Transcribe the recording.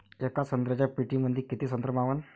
येका संत्र्याच्या पेटीमंदी किती संत्र मावन?